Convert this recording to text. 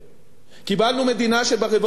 קיבלנו מדינה שברבעון הראשון,